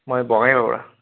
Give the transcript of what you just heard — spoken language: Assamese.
মই বঙাইগাঁৱৰপৰা